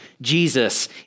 Jesus